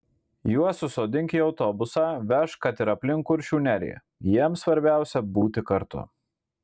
juos susodink į autobusą vežk kad ir aplink kuršių neriją jiems svarbiausia būti kartu